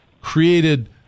created